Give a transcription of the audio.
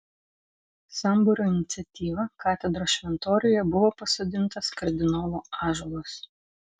sambūrio iniciatyva katedros šventoriuje buvo pasodintas kardinolo ąžuolas